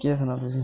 केह् सनांऽ तुसें गी